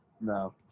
No